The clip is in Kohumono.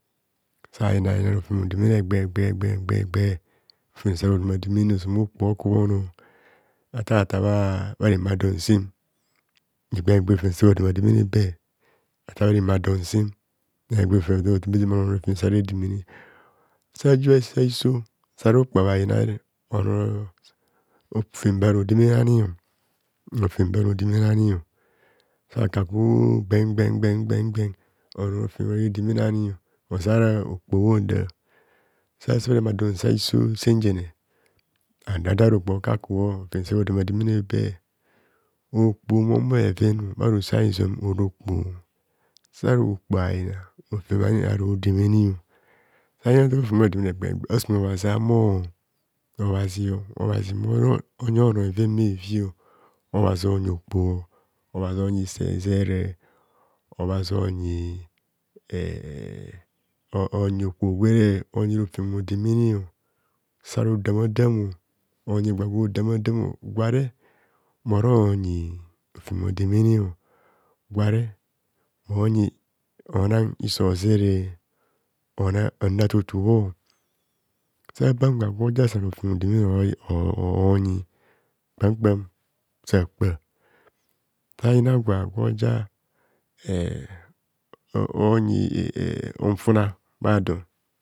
Sayina yina rofem odemene egbe egbe egbe egbe rofem sarodeme ne ozoma okpo okubhono satata bha rema don sen egba o egba rofem sa rodemademene be ata bhanemadon sem rofem onono egba o egba rofem saredemene sajibha sa hiso sara okpoho abhainare onono rofem be harodemene ani rofem be arodemene ani sabhakaku gben gben gben gben onono rofem aredemene ani oza ra okpoho bhoda sase bhareme adon sa hiso senjene sadada ro okpo okakubho so dema deme nebe okpo mohumo bheven bharosaizoim ora okpo sara okpo ayina, rofem ani aro demene sayen nta rofem ara rodemene egba o egba asum obhazi ahumor obhazio, obhazi monyi onor bheven bhevio obhazi onyi okpo obhazi onyi iso ozere obhazi onyii ee oonyi okpo gwere onyi rofem odenene sarodamadam onyi gwa gwo damadam gware moronyi rofem odemene gware monyi onang iso ozere onam anu atutu bho saban gwa gwoja san rofem odemene oo onyi kpam kpam sa kpa ayina gwa gwoja eee onyi e mm nfuna bhadon